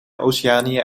oceanië